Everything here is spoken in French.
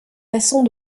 façon